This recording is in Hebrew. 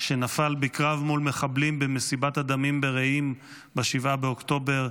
שנפל בקרב מול מחבלים במסיבת הדמים ברעים ב-7 באוקטובר.